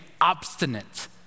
obstinate